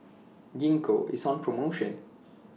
Gingko IS on promotion